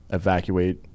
evacuate